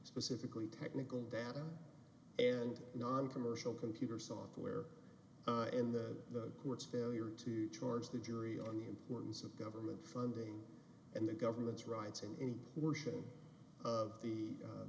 specifically technical data and noncommercial computer software in the courts failure to charge the jury on the importance of government funding and the government's rights and